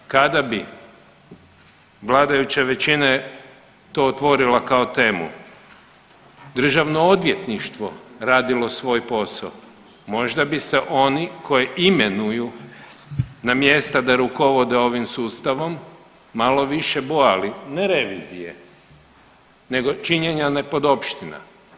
Kada bi vladajuća većina to otvorila kao temu, državno odvjetništvo radilo svoj posao, možda bi se oni koje imenuju na mjesta da rukovode ovim sustavom malo više bojali ne revizije, nego činjena nepodopština.